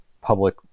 public